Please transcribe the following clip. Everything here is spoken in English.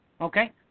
Okay